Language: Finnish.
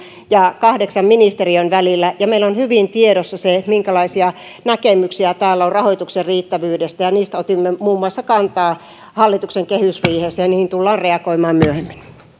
ja kahdeksan ministeriön välillä ja meillä on hyvin tiedossa minkälaisia näkemyksiä täällä on rahoituksen riittävyydestä niihin otimme kantaa muun muassa hallituksen kehysriihessä ja niihin tullaan reagoimaan myöhemmin